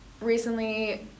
recently